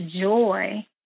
joy